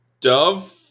Dove